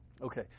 Okay